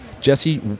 Jesse